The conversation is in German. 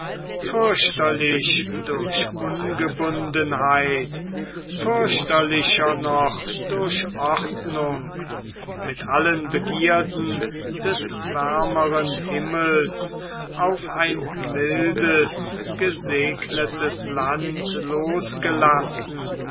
fürchterlich durch ungebundenheit fürchterlicher noch durch ordnung mit allen begierden des wärmeren himmels auf ein mildes gesegnetes land losgelassen